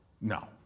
No